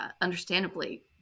understandably